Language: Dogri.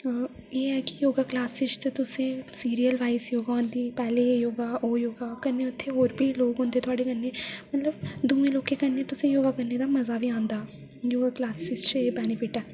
एह् ऐ की योगा क्लॉसेज़ ते तुसें सीरियल वाइज़ योगा होंदी पैह्लें योगा ओह् योगा कन्नै उ'त्थें होर बी लोग होंदे थुआढ़े कन्नै मतलब दूऐं लोकें कन्नै तुसें योगा करने दा मज़ा बी आंदा योगा क्लॉसेज़ च एह् बेनिफिट ऐ